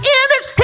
image